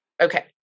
okay